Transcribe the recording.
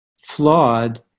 flawed